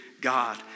God